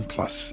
Plus